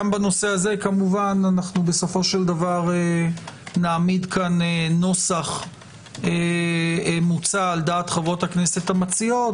גם בנושא הזה נעמיד כמובן כאן נוסח מוצע על דעת חברות הכנסת המציעות,